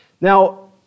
Now